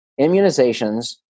immunizations